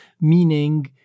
meaning